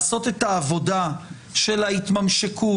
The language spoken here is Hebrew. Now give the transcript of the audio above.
לעשות את העבודה של ההתממשקות,